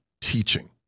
teaching